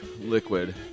liquid